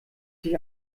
sich